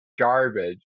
garbage